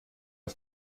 auf